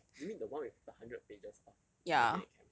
you mean the one with the hundred pages of organic chem